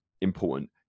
important